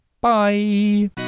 bye